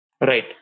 Right